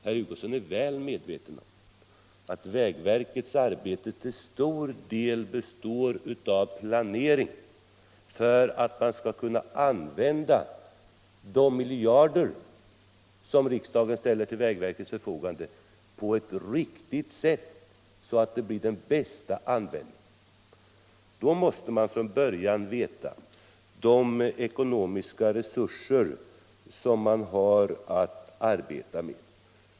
Herr Hugosson är väl medveten om att vägverkets arbete till stor del består av planering för att man skall kunna på det bästa sättet använda de miljarder som riksdagen ställer till vägverkets förfogande. Då måste man från början känna till de ekonomiska resurser som man har att arbeta med.